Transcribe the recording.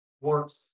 works